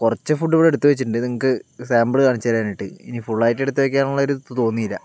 കുറച്ച് ഫുഡ് ഇവിടെ എടുത്തു വെച്ചിട്ടുണ്ട് നിങ്ങൾക്ക് സാമ്പിൾ കാണിച്ചു തരാനായിട്ട് ഇനി ഫുള്ളായിട്ട് എടുത്തു വെക്കാനുള്ള ഒരു ഇത് തോന്നിയില്ല